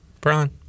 brian